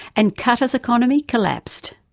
and qatar's economy collapsed.